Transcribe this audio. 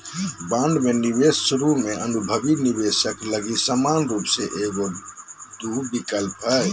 bond में निवेश शुरु में अनुभवी निवेशक लगी समान रूप से एगो टू विकल्प हइ